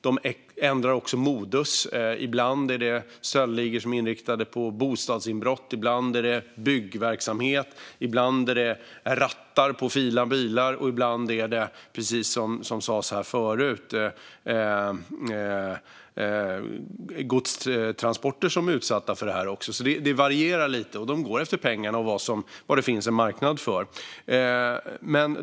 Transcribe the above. De ändrar också modus. Ibland är det stöldligor som är inriktade på bostadsinbrott. Ibland är det byggverksamhet. Ibland är det rattar på fina bilar. Ibland är det, precis som sas här förut, godstransporter som är utsatta för det här. Det varierar alltså lite. De går efter pengarna och vad det finns en marknad för.